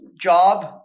job